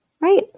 Right